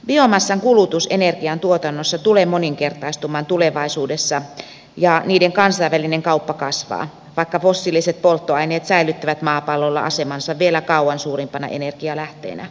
biomassan kulutus energiantuotannossa tulee moninkertaistumaan tulevaisuudessa ja sen kansainvälinen kauppa kasvaa vaikka fossiiliset polttoaineet säilyttävät maapallolla asemansa vielä kauan suurimpana energianlähteenä